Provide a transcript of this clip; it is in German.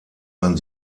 man